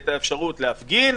את האפשרות להפגין.